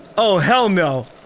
oh hell, no.